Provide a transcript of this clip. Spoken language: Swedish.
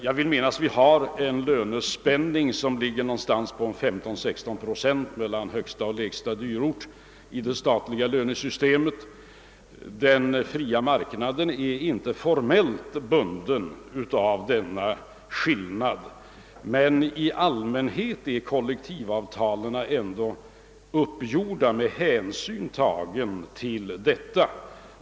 Jag vill minnas att lönespänningen nu ligger på 15 å 16 proceni mellan högsta och lägsta dyr ort i det statliga lönesystemet. Den fria marknaden är inte formellt bunden av denna skillnad, men i allmänhet är kollektivavtalen ändå uppgjorda med hänsyn tagen därtill.